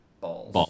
balls